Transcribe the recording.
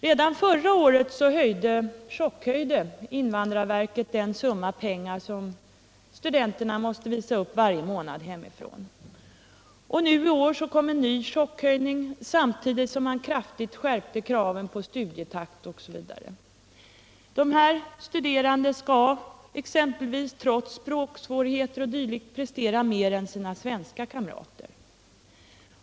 Redan förra året chockhöjde invandrarverket den summa pengar studenterna måste visa upp varje månad hemifrån. I år kom en ny chockhöjning, samtidigt som man kraftigt skärpte kraven på studietakt osv. Dessa studerande skall exempelvis trots språksvårigheter o. d. prestera mer än sina svenska kamrater.